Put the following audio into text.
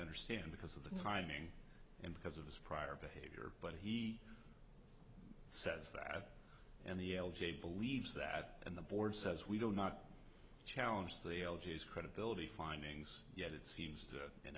understand because of the timing because of his prior behavior but he says that in the l j believes that and the board says we don't not challenge the l g s credibility findings yet it seems that in